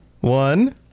one